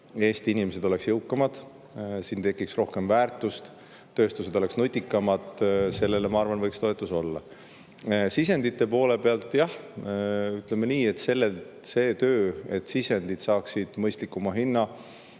Eesti inimesed oleksid jõukamad, siin tekiks rohkem väärtust, tööstused oleksid nutikamad. Sellele, ma arvan, võiks toetus olla. Sisendite poole pealt või ütleme nii, et selle töö suhtes, et sisendid saaksid mõistlikuma hinna,